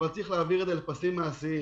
אבל צריך להעביר את זה לפסים מעשיים,